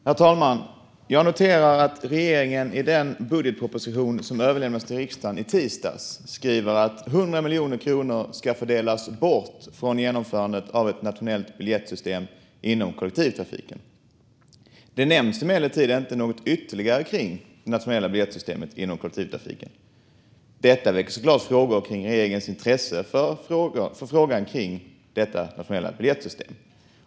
Herr talman! Jag noterar att regeringen i den budgetproposition som överlämnades till riksdagen i tisdags skriver att 100 miljoner kronor ska fördelas bort från genomförandet av ett nationellt biljettsystem inom kollektivtrafiken. Det nämns emellertid inte någonting ytterligare kring det nationella biljettsystemet inom kollektivtrafiken. Detta väcker såklart frågor kring regeringens intresse för frågan om detta nationella biljettsystem.